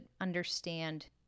understand